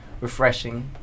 refreshing